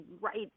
right